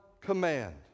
Command